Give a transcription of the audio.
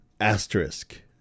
Asterisk